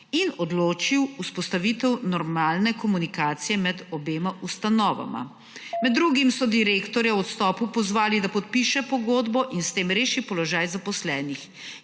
in odločil vzpostavitev normalne komunikacije med obema ustanovama. Med drugim so direktorja o odstopu pozvali, da podpiše pogodbo in s tem reši položaj zaposlenih.